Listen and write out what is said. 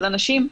של אנשים,